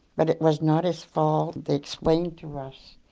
but it was not his fault. they explained to us,